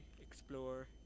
explore